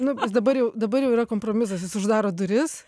nu dabar jau dabar jau yra kompromisas jis uždaro duris